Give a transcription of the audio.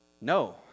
No